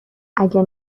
اگه